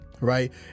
Right